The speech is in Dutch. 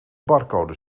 barcode